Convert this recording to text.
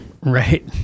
Right